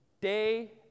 Day